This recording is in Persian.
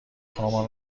هامان